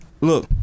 Look